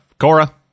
Cora